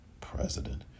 president